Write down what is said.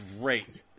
great